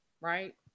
right